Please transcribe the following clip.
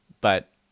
but-